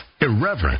irreverent